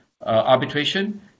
arbitration